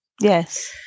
Yes